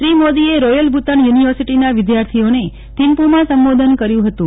શ્રી મોદીએ રોયલ ભુતાન યુનિવર્સિટીના વિધાર્થીઓને થીમ્પમાં સંબોધન કર્યુ હતું